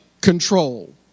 control